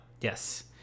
Yes